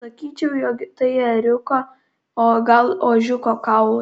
sakyčiau jog tai ėriuko o gal ožiuko kaulai